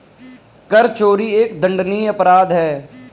कर चोरी एक दंडनीय अपराध है